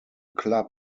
club